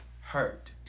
hurt